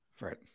right